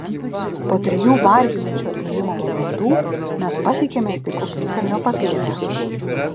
po trijų varginančio ėjimo valandų mes pasiekėme tik ugnikalnio papėdę